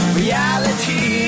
reality